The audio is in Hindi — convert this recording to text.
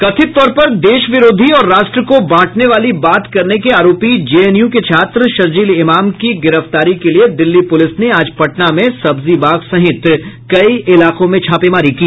कथित तौर पर देश विरोधी और राष्ट्र को बांटने वाली बात करने के आरोपी जेएनयू के छात्र शरजील इमाम की गिरफ्तारी के लिये दिल्ली पुलिस ने आज पटना में सब्जीबाग सहित कई इलाकों में छापेमारी की